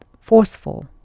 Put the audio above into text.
forceful